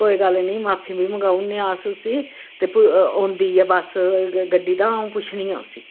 कोई गल्ल निं माफी बी मंगाई ओड़ने आं अस भी ते औंदी ऐ गड्डी ते अंऊ पुच्छनी आं उसगी